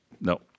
No